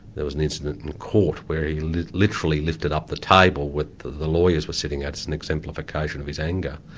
there was an incident in court where he literally lifted up the table the the lawyers were sitting at as an exemplification of his anger.